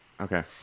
Okay